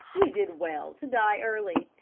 you did well to die early.